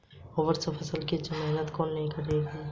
oats की फसल में ज्यादा मेहनत नहीं लगेगी